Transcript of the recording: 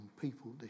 people